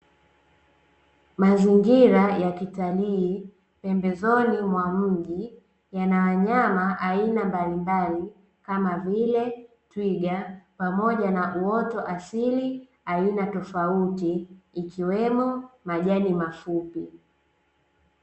Mazingira ya kitalii pembezoni mwa mji, yana wanyama aina mbalimbali kama vile twiga, pamoja na uoto asili aina tofauti ikiwemo majani mafupi.